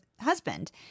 husband